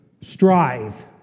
strive